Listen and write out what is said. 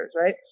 right